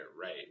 right